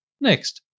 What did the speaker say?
Next